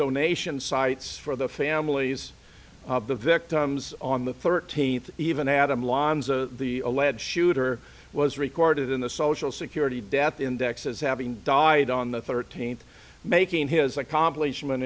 donation sites for the families of the victims on the thirteenth even adam lanza the alleged shooter was recorded in the social security death index as having died on the thirteenth making his accomplishment